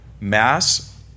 Mass